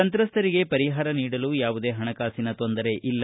ಸಂತ್ರಸ್ತರಿಗೆ ಪರಿಹಾರ ನೀಡಲು ಯಾವುದೇ ಹಣಕಾಸಿನ ತೊಂದರೆ ಇಲ್ಲ